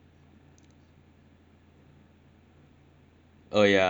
oh ya it's not